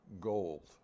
gold